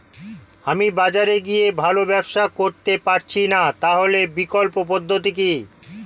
আমি বাজারে গিয়ে ভালো ব্যবসা করতে পারছি না তাহলে বিকল্প পদ্ধতি কি?